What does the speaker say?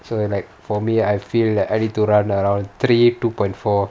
so like for me I feel that I need to run at around three two point four